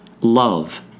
love